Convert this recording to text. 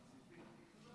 אני רואה